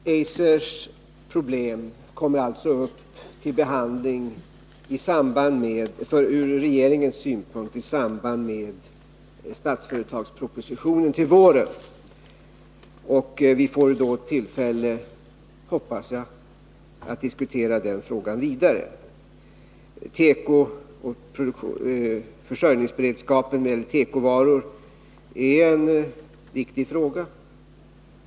Herr talman! Eisers problem kommer alltså upp till behandling, som regeringen ser det, i samband med behandlingen av budgetpropositionen under våren. Vi får då tillfälle, hoppas jag, att diskutera den frågan vidare. Försörjningsberedskapen med tekovaror är en viktig fråga.